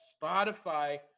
Spotify